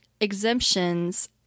exemptions